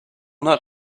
not